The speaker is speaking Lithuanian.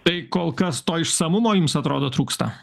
tai kol kas to išsamumo jums atrodo trūksta